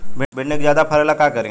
भिंडी के ज्यादा फरेला का करी?